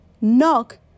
Knock